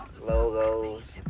logos